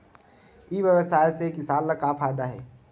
ई व्यवसाय से किसान ला का फ़ायदा हे?